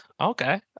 okay